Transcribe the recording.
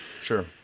sure